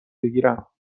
بگیرم